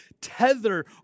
tether